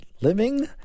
living